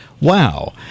wow